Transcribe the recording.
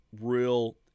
real